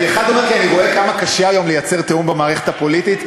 אני אומר כי אני רואה כמה קשה היום לייצר תיאום במערכת הפוליטית.